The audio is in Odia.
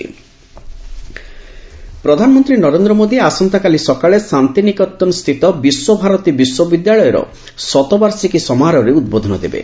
ପିଏମ୍ ବିଶ୍ୱଭାରତୀ ପ୍ରଧାନମନ୍ତ୍ରୀ ନରେନ୍ଦ୍ର ମୋଦୀ ଆସନ୍ତାକାଲି ସକାଳେ ଶାନ୍ତିନିକେତନ ସ୍ଥିତ ବିଶ୍ୱଭାରତୀ ବିଶ୍ୱବିଦ୍ୟାଳୟର ଶତବାର୍ଷିକୀ ସମାରୋହରେ ଉଦ୍ବୋଧନ ଦେବେ